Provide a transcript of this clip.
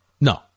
No